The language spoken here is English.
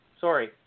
Sorry